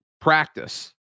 practice